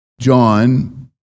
John